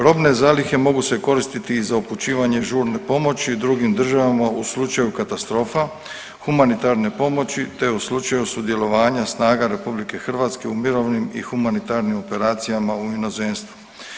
Robne zalihe mogu se koristiti i za upućivanje žurne pomoći drugim državama u slučaju katastrofa, humanitarne pomoći te u slučaju sudjelovanja snaga RH u mirovnim i humanitarnim operacijama u inozemstvu.